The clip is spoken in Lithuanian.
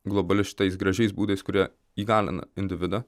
globali šitais gražiais būdais kurie įgalina individą